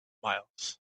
miles